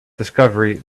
discovery